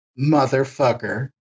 motherfucker